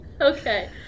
Okay